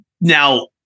now